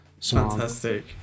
fantastic